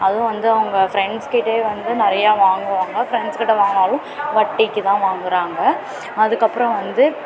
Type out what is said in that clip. அதுவும் வந்து அவங்க ஃப்ரண்ட்ஸ் கிட்டே வந்து நிறையா வாங்குவாங்க ஃப்ரண்ட்ஸ் கிட்ட வாங்கினாலும் வட்டிக்கு தான் வாங்குகிறாங்க அதுக்கப்றம் வந்து